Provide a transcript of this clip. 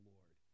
Lord